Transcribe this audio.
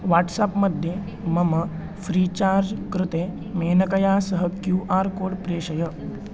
WhatsApp मध्ये मम FreeCharge कृते मेनकया सह क्यू आर् कोड् प्रेषय